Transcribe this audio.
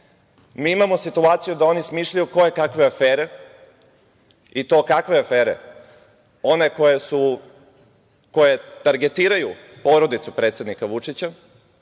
Ne. Mi imamo situaciju da oni smišljaju koje kakve afere, i to kakve afere, one koje targetiraju porodicu predsednika Vučića,